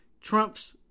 trumps